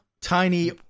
tiny